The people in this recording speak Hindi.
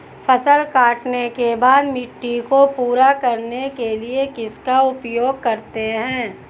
फसल काटने के बाद मिट्टी को पूरा करने के लिए किसका उपयोग करते हैं?